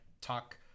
talk